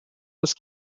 was